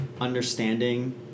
understanding